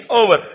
over